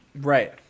Right